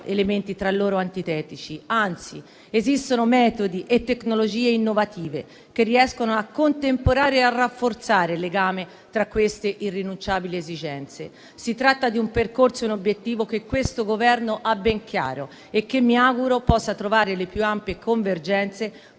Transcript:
elementi tra loro antitetici; anzi, esistono metodi e tecnologie innovative che riescono a contemperare e a rafforzare il legame tra queste irrinunciabili esigenze. Si tratta di un percorso e di un obiettivo che questo Governo ha ben chiari e che mi auguro possano trovare le più ampie convergenze